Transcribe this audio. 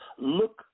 Look